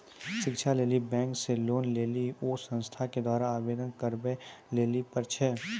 शिक्षा लेली बैंक से लोन लेली उ संस्थान के द्वारा आवेदन करबाबै लेली पर छै?